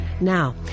now